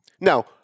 Now